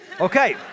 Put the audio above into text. Okay